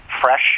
fresh